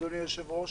אדוני היושב-ראש,